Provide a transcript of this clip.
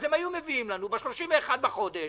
הם היו מביאים לנו ב-31 לחודש,